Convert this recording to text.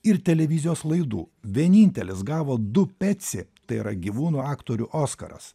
ir televizijos laidų vienintelis gavo du patsy tai yra gyvūnų aktorių oskaras